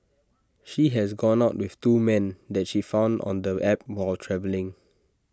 she has gone out with two men that she found on the app while travelling